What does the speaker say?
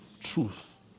truth